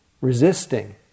resisting